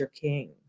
King